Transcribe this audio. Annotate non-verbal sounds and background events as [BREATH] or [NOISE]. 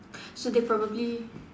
[BREATH] so they probably